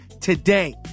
today